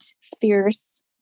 fierce